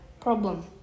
problem